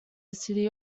city